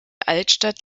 altstadt